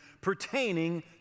pertaining